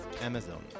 Amazon